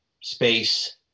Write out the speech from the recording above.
space